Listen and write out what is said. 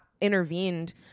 intervened